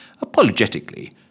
apologetically